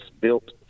built